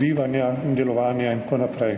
bivanja in delovanja in tako naprej.